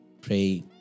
pray